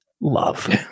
Love